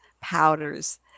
powders